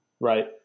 Right